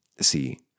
see